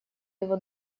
его